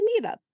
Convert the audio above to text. meetup